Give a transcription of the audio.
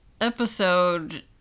episode